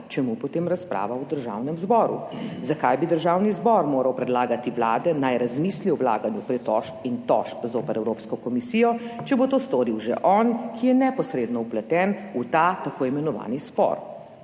čemu potem razprava v Državnem zboru. Zakaj bi državni zbor moral predlagati Vladi, naj razmisli o vlaganju pritožb in tožb zoper Evropsko komisijo, če bo to storil že on, ki je neposredno vpleten v ta tako imenovani spor,